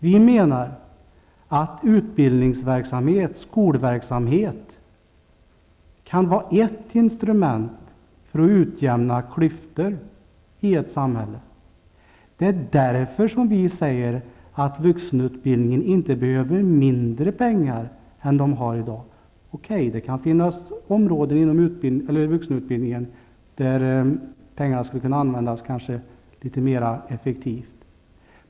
Vi menar att utbildnings och skolverksamhet kan vara ett instrument för att utjämna klyftor i ett samhälle. Det är därför som vi säger att vuxenutbildningen inte behöver mindre pengar än i dag. Okej, det kan finnas områden inom vuxenutbildningen där pengarna skulle kunna användas litet mer effektivt.